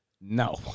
no